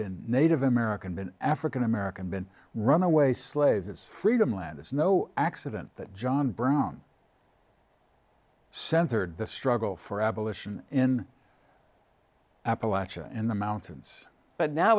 been native american been african american been runaway slaves it's freedom land it's no accident that john brown censored the struggle for abolition in appalachia and the mountains but now